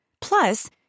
Plus